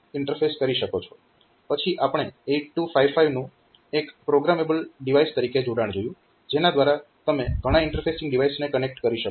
પછી આપણે 8255 નું એક પ્રોગ્રામેબલ ડિવાઈસ તરીકે જોડાણ જોયું જેના દ્વારા તમે ઘણા ઈન્ટરફેસિંગ ડિવાઈસને કનેક્ટ કરી શકો છો